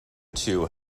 two